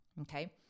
Okay